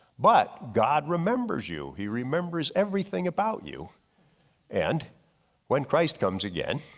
but god remembers you. he remembers everything about you and when christ comes again,